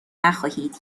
نخواهید